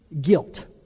guilt